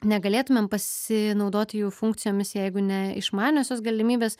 negalėtumėm pasinaudoti jų funkcijomis jeigu ne išmaniosios galimybės